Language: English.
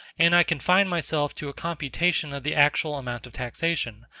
and i confine myself to a computation of the actual amount of taxation,